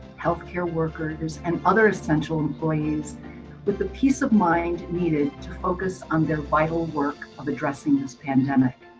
health care workers and other essential employees with the peace of mind needed to focus on their vital work of addressing this pandemic,